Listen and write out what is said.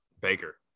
Baker